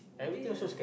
this